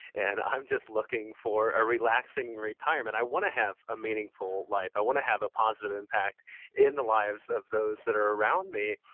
and i'm just looking for a relaxing retirement. i want to have a meaningful life. i want to have a positive impact in the lives of those that are around me.